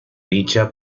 dicha